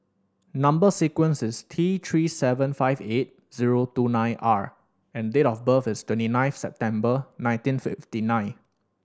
number sequence is T Three seven five eight zero two nine R and date of birth is twenty nine September nineteen fifty nine